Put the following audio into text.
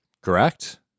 Correct